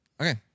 Okay